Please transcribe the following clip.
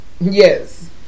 Yes